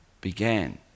began